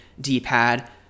D-pad